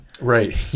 Right